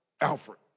Alfred